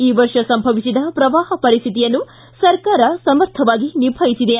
ಈ ವರ್ಷ ಸಂಭವಿಸಿದ ಪ್ರವಾಹ ಪರಿಶ್ಶಿತಿಯನ್ನು ಸರ್ಕಾರ ಸಮರ್ಥವಾಗಿ ನಿಭಾಯಿಸಿದೆ